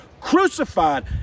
crucified